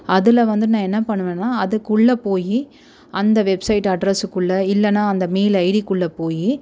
அதில் வந்து நான் என்ன பண்ணுவேனா அதுக்குள்ள போய் அந்த வெப்சைட் அட்ரஸ்ஸுக்குள்ளே இல்லைனா அந்த மெயில் ஐடிக்குள்ளே போய்